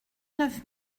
neuf